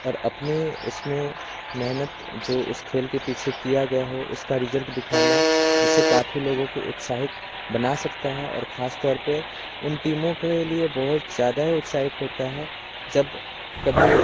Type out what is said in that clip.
और अपनी उसमें मेहनत जो उस खेल के पीछे किया गया हो उसका रिजल्ट दिखाना जिससे काफ़ी लोगों को उत्साहिक बना सकता है और ख़ासतौर पर उन टीमों के लिए बहुत ज़्यादा ही उत्साहिक होता है जब कभी